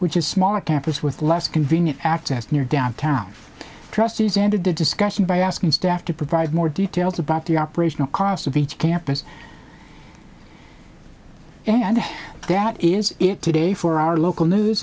which is smaller campus with less convenient access near downtown trustees ended the discussion by asking staff to provide more details about the operational cost of each campus and that is it today for our local news